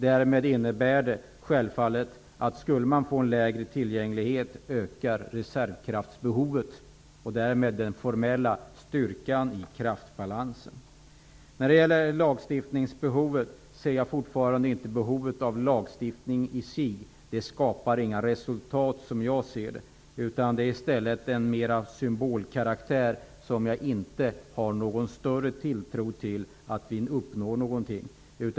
Det innebär självfallet att reservkraftsbehovet ökar om vi skulle få en lägre tillgänglighet. Därmed ökar också den formella styrkan i kraftbalansen. Jag ser fortfarande inte något behov av lagstiftning. Som jag ser det skapar en lagstiftning i sig inga resultat. Den skulle i stället vara mer av symbolkaraktär. Jag har inte någon större tilltro till att vi uppnår någonting på det sättet.